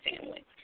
family